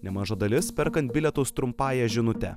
nemaža dalis perkant bilietus trumpąja žinute